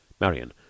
Marian